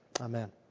amen